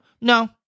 No